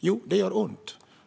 Ja, det gör ont.